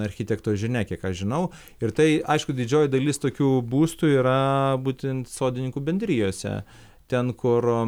architekto žinia kiek aš žinau ir tai aišku didžioji dalis tokių būstų yra būtent sodininkų bendrijose ten kur